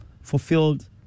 fulfilled